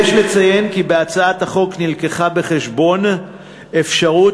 יש לציין כי בהצעת החוק הובאה בחשבון אפשרות